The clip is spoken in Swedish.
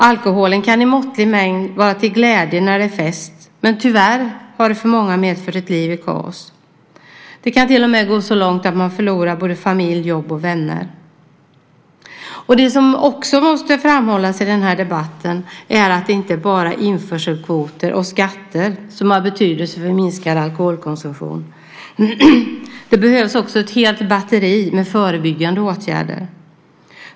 Alkohol kan i måttlig mängd vara till glädje när det är fest. Men tyvärr har den för många medfört ett liv i kaos. Det kan till och med gå så långt att man förlorar familj, jobb och vänner. Det som också måste framhållas i den här debatten är att det inte bara är införselkvoter och skatter som har betydelse för en minskad alkoholkonsumtion. Det behövs också ett helt batteri med förebyggande åtgärder.